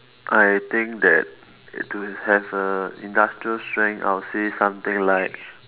I think that to have a industrial strength I would say something like